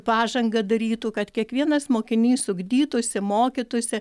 pažangą darytų kad kiekvienas mokinys ugdytųsi mokytųsi